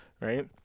right